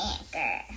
Anchor